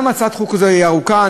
גם בהצעת חוק זו ההנמקה ארוכה.